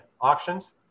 auctions